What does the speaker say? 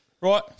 Right